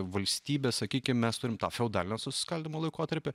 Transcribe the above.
valstybė sakykim mes turim tą feodalinį susiskaldymo laikotarpį